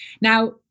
Now